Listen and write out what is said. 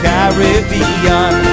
Caribbean